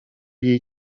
jej